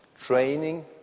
training